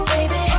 Baby